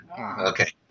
Okay